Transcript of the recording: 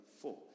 Four